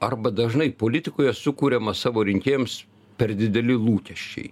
arba dažnai politikoje sukuriama savo rinkėjams per dideli lūkesčiai